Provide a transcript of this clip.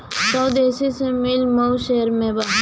स्वदेशी रुई मिल मऊ शहर में बा